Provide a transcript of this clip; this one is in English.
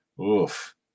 Oof